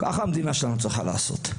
ככה המדינה שלנו צריכה לעשות.